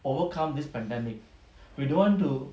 overcome this pandemic we don't want to